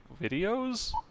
videos